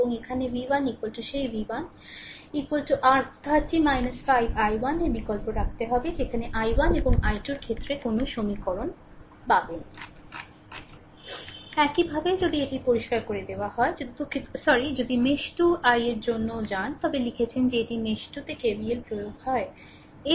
এবং এখানে v1 সেই v1 আর 30 5 i 1 এর বিকল্প রাখতে হবে যেখানে i 1 এবং i2 এর ক্ষেত্রে কোনও সমীকরণ পাবেন একইভাবে যদি এটি পরিষ্কার করে দেওয়া হয় যদি দুঃখিত হয়ে যান যদি মেশ 2 i এর জন্য যান তবে লিখেছেন যে এটি মেশ 2 KVL প্রয়োগও হয়